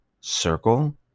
circle